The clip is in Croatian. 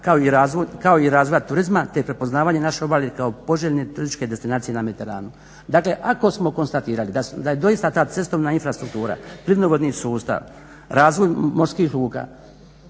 kao i razvoja turizma te prepoznavanje naše obale kao poželjne turističke destinacije na Mediteranu. Dakle ako smo konstatirali da je doista ta cestovna infrastruktura plinovodni sustav razvoj morskih luka